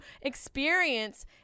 experience